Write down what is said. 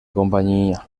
compañía